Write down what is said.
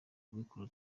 kubikora